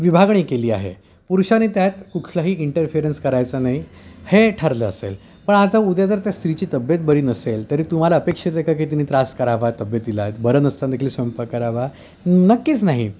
विभागणी केली आहे पुरुषाने त्यात कुठलाही इंटरफिरन्स करायचा नाही हे ठरलं असेल पण आता उद्या जर त्या स्त्रीची तब्येत बरी नसेल तरी तुम्हाला अपेक्षित आहे का की तिने त्रास करावा तब्येतीला बरं नसताना देखील स्वयंपाक करावा नक्कीच नाही